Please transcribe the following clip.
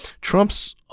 Trump's